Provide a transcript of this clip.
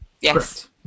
Yes